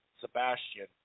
Sebastian